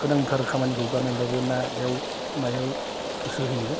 गोनांथार खामानिखौ गारनानैबाबो ना एउनायाव गोसो होयो